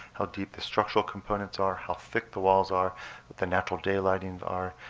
how deep the structural components are, how thick the walls are, what the natural daylightings are.